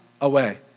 away